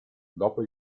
dopo